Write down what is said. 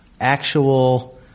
actual